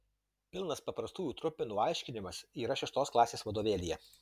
pilnas paprastųjų trupmenų aiškinimas yra šeštos klasės vadovėlyje